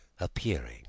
Appearing